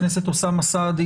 חבר הכנסת אוסאמה סעדי,